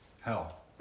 Hell